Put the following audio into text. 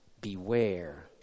Beware